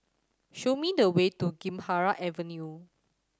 show me the way to Gymkhana Avenue